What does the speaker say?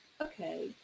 Okay